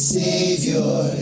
savior